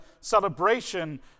celebration